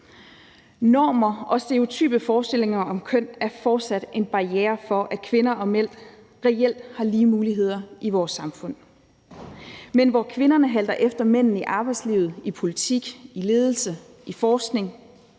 Normer og stereotype forestillinger om køn er fortsat en barriere for, at kvinder og mænd reelt har lige muligheder i vores samfund. Men hvor kvinderne halter efter mændene i arbejdslivet, i politik, i ledelse og i forskning